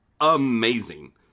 amazing